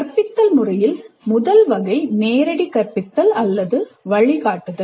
கற்பித்தல் முறையில் முதல் வகை நேரடி கற்பித்தல் அல்லது வழிகாட்டுதல்